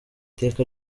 iteka